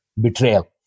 betrayal